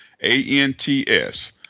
A-N-T-S